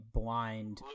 blind